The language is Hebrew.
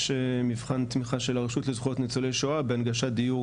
יש מבחן תמיכה של הרשות לזכויות ניצולי השואה בהנגשת דיור